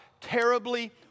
terribly